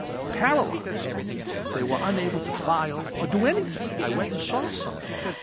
paralysed, they were unable to file, or do anything. i went and saw some of them.